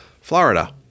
Florida